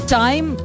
time